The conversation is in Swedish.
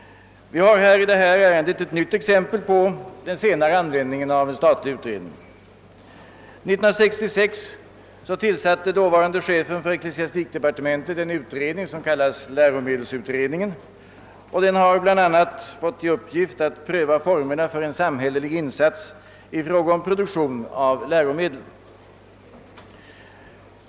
Vi kan när det gäller detta ärende se ett nytt exempel på den senare användningen av en statlig utredning. Dåvarande chefen för ecklesiastikdepartementet tillsatte 1966 en utredning som kallades läromedelsutredningen, som bl.a. fått till uppgift att pröva formerna för en samhällelig insats i fråga om produktion av läromedel.